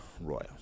Royal